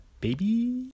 Baby